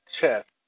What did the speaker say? chest